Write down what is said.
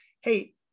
hey